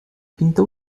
pinta